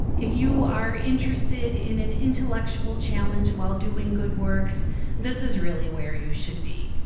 if you are interested in an intellectual challenge while doing good works this is really where you should be.